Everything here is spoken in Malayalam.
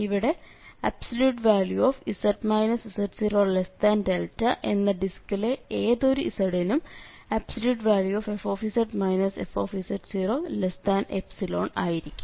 ഇവിടെ z z0δ എന്ന ഡിസ്കിലെ ഏതൊരു z നും fz fz0ϵ ആയിരിക്കും